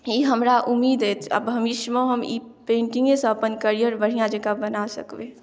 ई हमरा उम्मीद अछि आ भविष्यमे हम ई पेन्टिंगे से अपन करियर बढ़ियाँ जेकाँ बना सकबै